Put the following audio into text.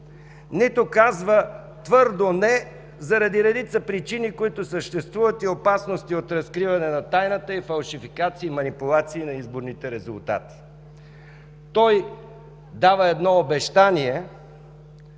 нито казва твърдо „не” заради редица причини, които съществуват и опасности от разкриване на тайната, фалшификации и манипулации на изборните резултати. Той дава едно обещание